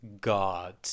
God